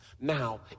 Now